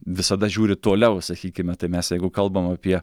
visada žiūri toliau sakykime tai mes jeigu kalbam apie